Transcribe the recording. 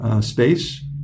space